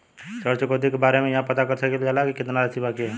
ऋण चुकौती के बारे इहाँ पर पता कर सकीला जा कि कितना राशि बाकी हैं?